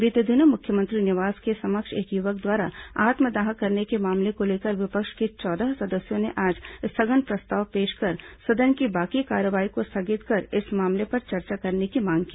बीते दिनों मुख्यमंत्री निवास के समक्ष एक युवक द्वारा आत्मदाह करने के मामले को लेकर विपक्ष के चौदह सदस्यों ने आज स्थगन प्रस्ताव पेश कर सदन की बाकी कार्यवाही को स्थगित कर इस मामले पर चर्चा कराने की मांग की